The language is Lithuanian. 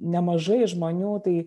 nemažai žmonių tai